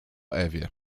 ewie